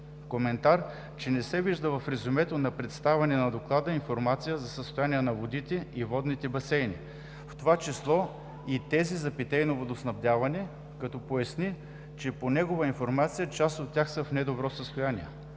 коментар, че не вижда в резюмето на представянето на Доклада информация за състоянието на водите и водните басейни, в това число и тези за питейно водоснабдяване, като поясни, че по негова информация част от тях са в недобро състояние.